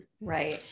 Right